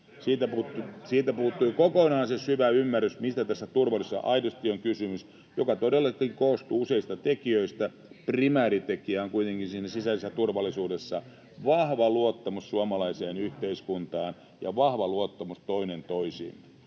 Siitä puuttui kokonaan se syvä ymmärrys, mistä aidosti on kysymys tässä turvallisuudessa, joka todellakin koostuu useista tekijöistä. Primääri tekijä on kuitenkin siinä sisäisessä turvallisuudessa: vahva luottamus suomalaiseen yhteiskuntaan ja vahva luottamus toinen toisiimme.